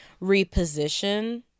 reposition